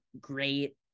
great